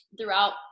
throughout